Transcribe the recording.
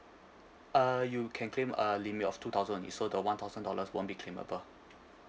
uh you can claim a limit of two thousand only so the one thousand dollars won't be claimable